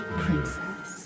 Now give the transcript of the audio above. princess